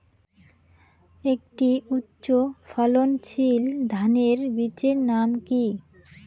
একটি উচ্চ ফলনশীল ধানের বীজের নাম কী?